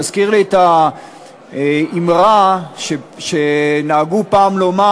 זה מזכיר לי את האמרה שנהגו פעם לומר: